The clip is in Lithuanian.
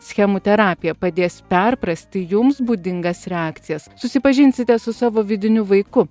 schemų terapija padės perprasti jums būdingas reakcijas susipažinsite su savo vidiniu vaiku